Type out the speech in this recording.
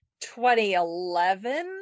2011